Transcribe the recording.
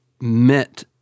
met